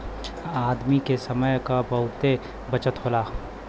आदमी के समय क बहुते बचत होला